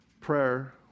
prayer